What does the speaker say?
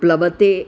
प्लवते